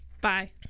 Bye